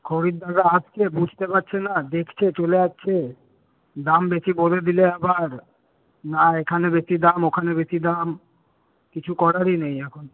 খরিদ্দাররা আসছে বুঝতে পারছে না দেখছে চলে যাচ্ছে দাম বেশী বলে দিলে আবার না এখানে বেশী দাম ওখানে বেশী দাম কিছু করারই নেই এখন